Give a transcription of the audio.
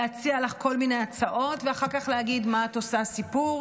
להציע לך כל מיני הצעות ואחר כך להגיד: מה את עושה סיפור.